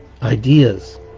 ideas